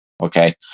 Okay